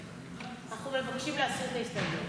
אנחנו מבקשים להסיר את ההסתייגויות.